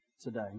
today